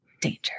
Danger